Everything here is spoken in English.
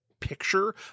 picture